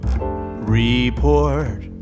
report